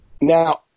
Now